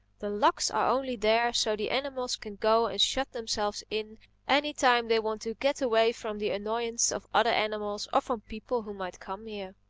the locks are only there so the animals can go and shut themselves in any time they want to get away from the annoyance of other animals or from people who might come here.